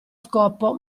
scopo